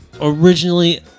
originally